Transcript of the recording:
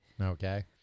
Okay